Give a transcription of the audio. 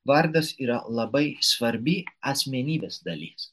vardas yra labai svarbi asmenybės dalis